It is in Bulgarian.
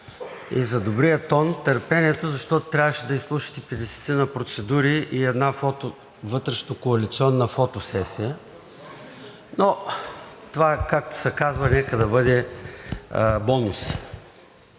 и за добрия тон. Търпението, защото трябваше да изслушате петдесетина процедури и една вътрешнокоалиционна фотосесия, но това, както се казва, нека да бъде бонус.